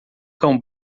cão